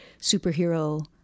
superhero